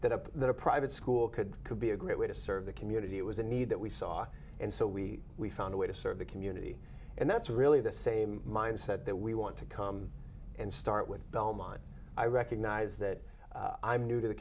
time that a private school could be a great way to serve the community it was a need that we saw and so we we found a way to serve the community and that's really the same mindset that we want to come and start with belmont i recognize that i'm new to the